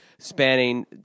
spanning